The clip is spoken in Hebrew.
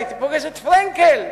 הייתי פוגש את פרנקל,